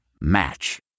Match